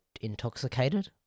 intoxicated